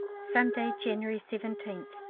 sunday, january seventeenth.